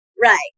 Right